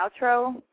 outro